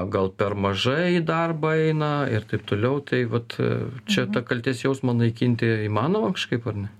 gal per mažai į darbą eina ir taip toliau tai vat čia tą kaltės jausmą naikinti įmanoma kažkaip ar ne